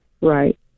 Right